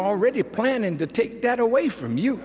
already planning to take that away from you